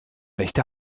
rechte